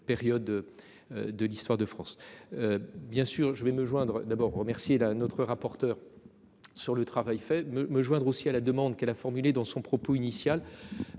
période. De l'histoire de France. Bien sûr je vais me joindre d'abord remercier là notre rapporteur. Sur le travail fait me me joindre aussi à la demande qu'elle a formulées dans son propos initial.